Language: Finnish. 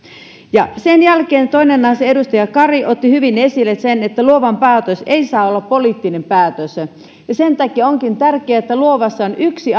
sen jälkeen toinen asia edustaja kari otti hyvin esille sen että luovan päätös ei saa olla poliittinen päätös ja sen takia onkin tärkeää että luovassa on yksi